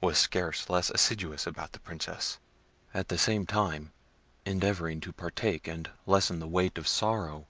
was scarce less assiduous about the princess at the same time endeavouring to partake and lessen the weight of sorrow